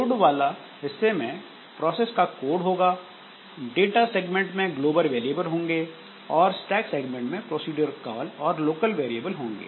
code वाले हिस्से में प्रोसेस का कोड होगा डाटा सेगमेंट में ग्लोबल वेरिएबल होंगे और स्टैक सेगमेंट में प्रोसीड्यूर कॉल और लोकल वेरिएबल होंगे